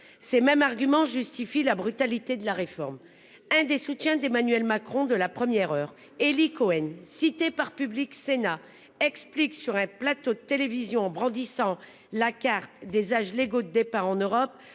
Ces mêmes arguments justifie la brutalité de la réforme. Un des soutiens d'Emmanuel Macron de la première heure Elie Cohen, cité par Public Sénat explique sur un plateau de télévision, brandissant la carte des âges légaux de départ en Europe